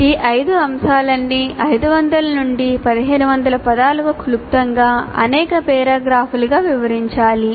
ఈ 5 అంశాలన్నీ 500 నుండి 1500 పదాలకు క్లుప్తంగా అనేక పేరాగ్రాఫులుగా వివరించాలి